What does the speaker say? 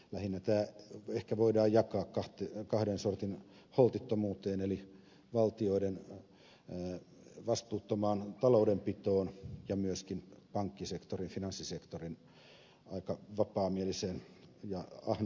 lähinnä tämä ehkä voidaan jakaa kahden sortin holtittomuuteen eli valtioiden vastuuttomaan taloudenpitoon ja myöskin pankkisektorin finanssisektorin aika vapaamieliseen ja ahneeseen luotonantoon